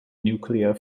nuclear